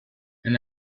and